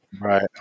Right